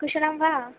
कुशली वा